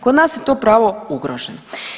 Kod nas je to pravo ugroženo.